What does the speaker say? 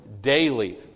daily